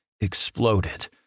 exploded